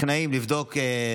טכנאים, לבדוק.